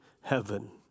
heaven